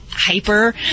Hyper